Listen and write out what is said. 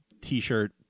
t-shirt